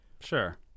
Sure